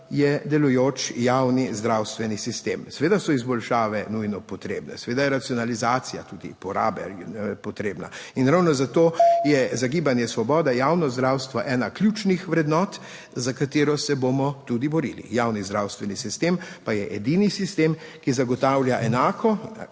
je delujoč javni zdravstveni sistem. Seveda so izboljšave nujno potrebne, seveda je racionalizacija tudi porabe potrebna in ravno zato je za Gibanje Svoboda javno zdravstvo ena ključnih vrednot, za katero se bomo tudi borili. Javni zdravstveni sistem pa je edini sistem, ki zagotavlja enako